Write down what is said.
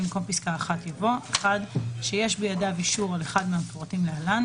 במקום פסקה (1) יבוא ״(1) שיש בידיו אישור על אחד מהמפורטים להלן,